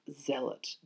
zealot